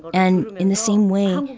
and, in the same way,